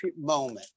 moment